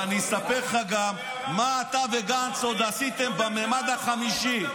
אבל אני אספר לך גם מה אתה וגנץ עשיתם במימד החמישי.